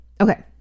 Okay